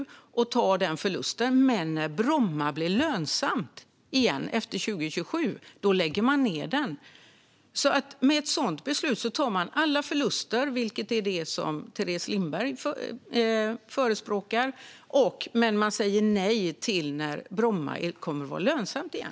Men man skulle lägga ned flygplatsen när Bromma flygplats skulle bli lönsam igen, efter 2027. Med ett sådant beslut tar man alltså alla förluster, vilket är det som Teres Lindberg förespråkar, men man säger nej till Bromma flygplats när den kommer att vara lönsam igen.